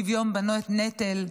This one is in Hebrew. אני יודעת מה הוא חושב על שוויון בנטל.